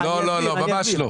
ממש לא.